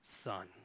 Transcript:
son